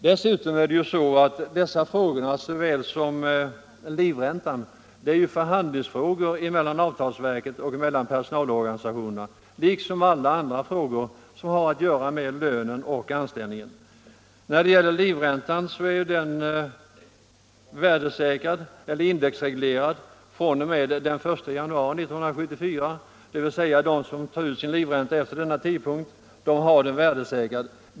Dessutom hör ju frågorna om pensioner och livräntor till dem som avgörs genom förhandlingar mellan avtalsverket och personalorganisationerna, liksom alla andra frågor som har att göra med lönen och anställningen. Livräntan är indexreglerad fr.o.m. den 1 januari 1974, dvs. de som tar ut sin livränta efter denna tidpunkt har den värdesäkrad.